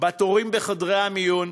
בתורים בחדרי המיון,